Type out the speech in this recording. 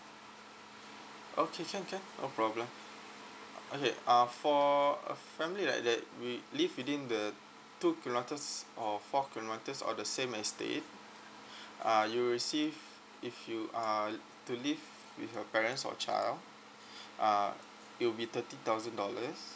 okay can can no problem okay uh for a family that that we live within the two kilometers or four kilometers of the same estate uh you will receive if you uh to live with your parents or child uh it will be thirty thousand dollars